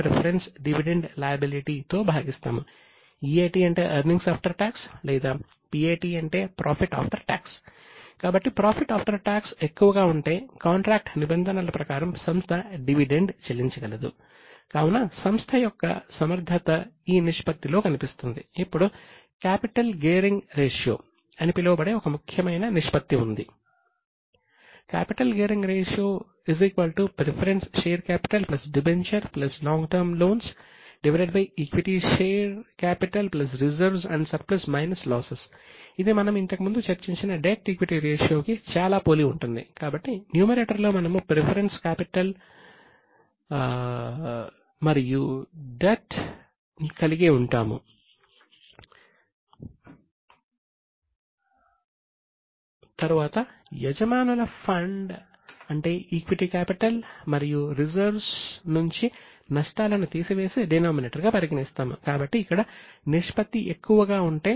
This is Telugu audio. preference share capital debenture long term loans capital gearing ratio equity share capital reserves and surplus losses ఇది మనము ఇంతకుముందు చర్చించిన డెట్ ఈక్విటీ రేషియోగా పరిగణించబడుతుంది